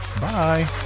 bye